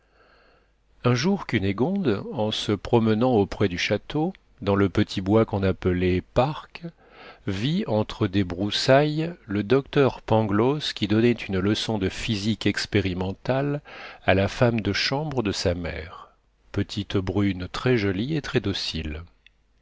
un jour cunégonde en se promenant auprès du château dans le petit bois qu'on appelait parc vit entre des broussailles le docteur pangloss qui donnait une leçon de physique expérimentale à la femme de chambre de sa mère petite brune très jolie et très docile